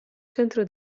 centro